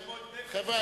חבר'ה,